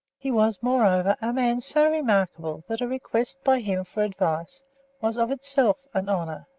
he was, moreover, a man so remarkable that a request by him for advice was of itself an honour.